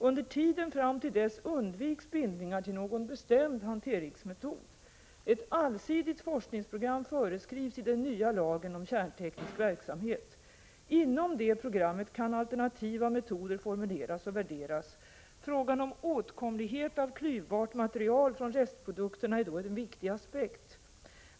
Under tiden fram till dess undviks bindningar till någon bestämd hanteringsmetod. Ett allsidigt forskningsprogram föreskrivs i den nya lagen om kärnteknisk verksamhet. Inom det programmet kan alternativa metoder formuleras och värderas. Frågan om åtkomlighet av klyvbart material från restprodukterna är då en viktig aspekt.